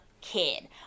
kid